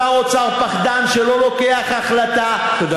שר אוצר פחדן שלא לוקח החלטה, תודה.